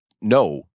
no